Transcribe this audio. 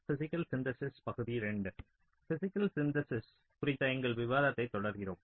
physical synthesis குறித்த எங்கள் விவாதத்தைத் தொடர்கிறோம்